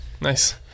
Nice